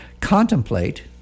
Contemplate